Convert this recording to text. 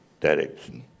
direction